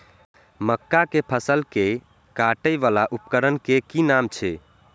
मक्का के फसल कै काटय वाला उपकरण के कि नाम छै?